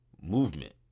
movement